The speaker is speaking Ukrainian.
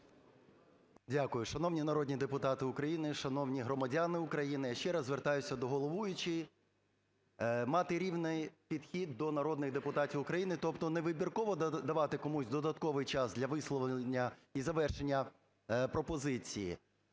Дякую. Шановні народні депутати України, шановні громадяни України! Я ще раз звертаюся до головуючої мати рівний підхід до народних депутатів України, тобто не вибірково давати комусь додатковий час для висловлення і завершення пропозиції,